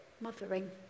mothering